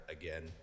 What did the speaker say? again